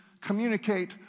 communicate